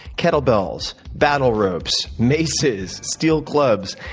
kettle bells, battle ropes, maces, steel clubs.